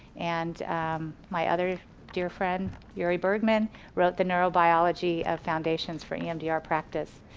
and my other dear friend furi bergman wrote the neuro biology foundation's for emdr practice.